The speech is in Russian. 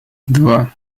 два